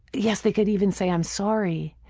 yes, they could even say, i'm sorry,